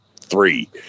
three